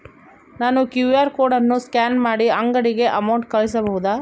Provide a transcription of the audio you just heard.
ನಾನು QR code scan ಮಾಡಿ ಅಂಗಡಿಗೆ ಅಮೌಂಟ್ ಕಳಿಸಬಹುದಾ?